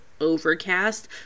Overcast